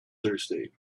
thirsty